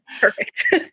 perfect